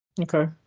okay